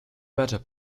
better